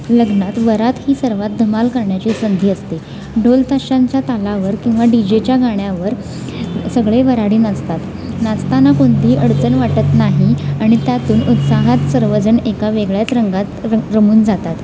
लग्नात वरात ही सर्वात धमाल करण्याची संधी असते ढोलताशांच्या तालावर किंवा डी जेच्या गाण्यावर सगळे वऱ्हाडी नाचतात नाचताना कोणतीही अडचण वाटत नाही आणि त्यातून उत्साहात सर्वजण एका वेगळ्याच रंगात रं रमून जातात